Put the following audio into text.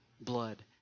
blood